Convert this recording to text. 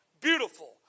beautiful